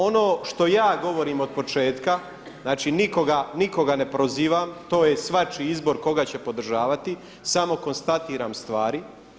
Ono što ja govorim od početka, znači nikoga ne prozivam, to je svačiji izbor koga će podržavati, samo konstatiram stvari.